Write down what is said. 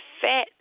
fat